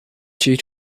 due